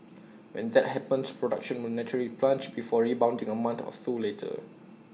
when that happens production will naturally plunge before rebounding A month or two later